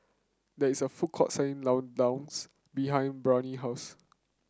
there is a food court selling Ladoos behind Brionna house